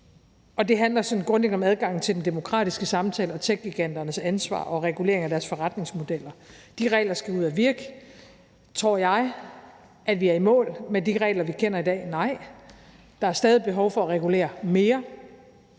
grundlæggende om adgangen til den demokratiske samtale, om techgiganternes ansvar og om reguleringen af deres forretningsmodeller. De regler skal ud at virke. Tror jeg, at vi er i mål med de regler, vi kender i dag? Nej, der er stadig behov for at regulere mere.